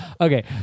okay